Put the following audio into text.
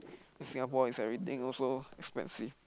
in Singapore is everything also expensive